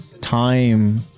time